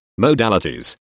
Modalities